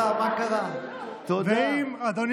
שנייה, באמת.